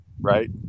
Right